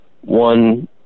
one